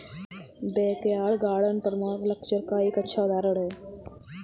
backyard garden permaculture का एक अच्छा उदाहरण हैं